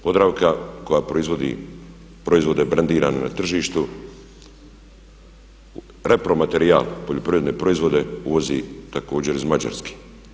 Podravka koja proizvodi proizvode brendirane na tržištu, repromaterijal, poljoprivredne proizvode uvozi također iz Mađarske.